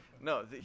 No